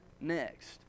next